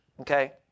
okay